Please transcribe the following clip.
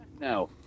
no